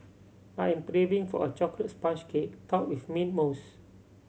I am craving for a chocolate sponge cake topped with mint mousse